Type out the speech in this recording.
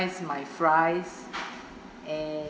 my fries and